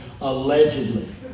allegedly